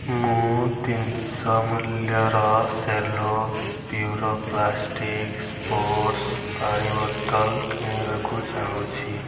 ମୁଁ ତିନିଶହ ମୂଲ୍ୟର ସେଲୋ ପ୍ୟୁରୋ ପ୍ଲାଷ୍ଟିକ୍ ସ୍ପୋର୍ଟ୍ସ୍ ପାଣି ବୋତଲ୍ କିଣିବାକୁ ଚାହୁଁଛି